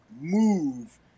move